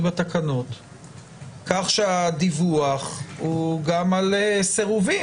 בתקנות כך שהדיווח הוא גם על סירובים?